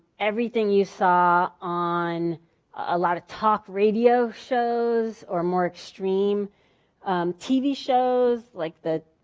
everything you saw on a lot of talk radio shows or more extreme tv shows, like the